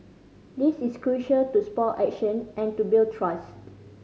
this is crucial to spur action and to build trust